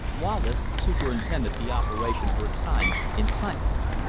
wallace superintended the operation for a time in silence.